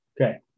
Okay